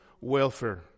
welfare